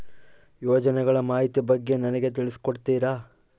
ಯೋಜನೆಗಳ ಮಾಹಿತಿ ಬಗ್ಗೆ ನನಗೆ ತಿಳಿಸಿ ಕೊಡ್ತೇರಾ?